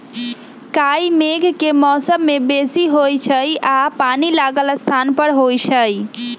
काई मेघ के मौसम में बेशी होइ छइ आऽ पानि लागल स्थान पर होइ छइ